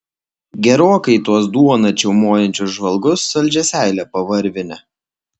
gerokai į tuos duoną čiaumojančius žvalgus saldžią seilę pavarvinę